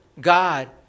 God